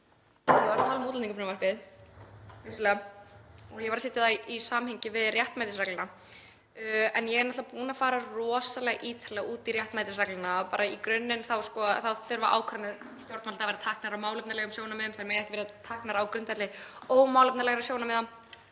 ég var að tala um útlendingafrumvarpið, vissulega, og var að setja það í samhengi við réttmætisregluna, en ég er náttúrlega búin að fara rosalega ítarlega í réttmætisregluna. Bara í grunninn þá þurfa ákvarðanir stjórnvalda að vera teknar út frá á málefnalegum sjónarmiðum, þær mega ekki vera teknar á grundvelli ómálefnalegra sjónarmiða